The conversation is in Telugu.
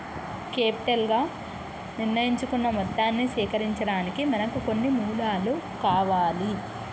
కేపిటల్ గా నిర్ణయించుకున్న మొత్తాన్ని సేకరించడానికి మనకు కొన్ని మూలాలు కావాలి